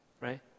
Right